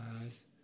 Eyes